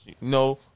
No